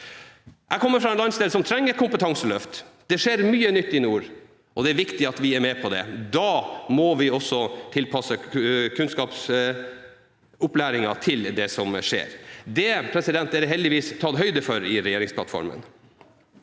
Jeg kommer fra en landsdel som trenger kompetanseløft. Det skjer mye nytt i nord, og det er viktig at vi er med på det. Da må vi også tilpasse kunnskapsopplæringen til det som skjer. Det er det heldigvis tatt høyde for i regjeringsplattformen.